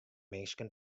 minsken